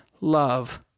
love